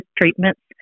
treatments